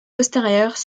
postérieurs